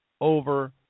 over